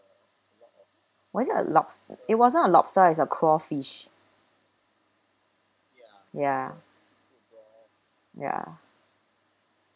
was it a lobs~ it wasn't a lobster it's a crawfish ya ya